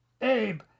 Abe